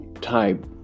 type